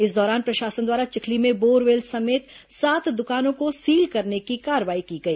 इस दौरान प्रशासन द्वारा चिखली में बोरवेल समेत सात दुकानों को सील करने की कार्रवाई की गई